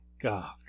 God